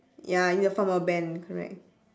ya you need to form a band correct